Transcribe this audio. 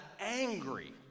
angry